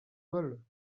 molles